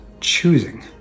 choosing